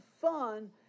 fun